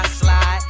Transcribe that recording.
slide